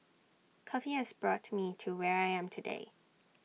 coffee has brought me to where I am today